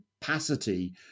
capacity